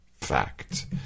Fact